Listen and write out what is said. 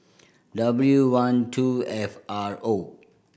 W one two F R O